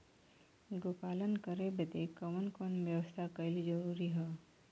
गोपालन करे बदे कवन कवन व्यवस्था कइल जरूरी ह?